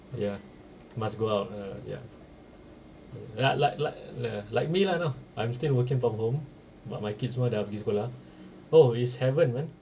ya must go out ah ya like like like like like me lah now I'm still working from home but my kids semua dah pergi sekolah oh it's heaven man